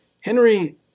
Henry